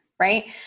Right